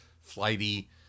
flighty